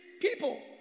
people